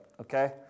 Okay